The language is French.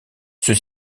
ceux